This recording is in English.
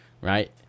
right